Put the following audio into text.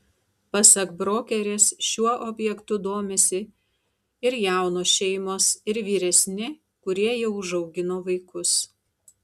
pasak brokerės šiuo objektu domisi ir jaunos šeimos ir vyresni kurie jau užaugino vaikus